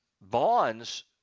bonds